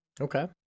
Okay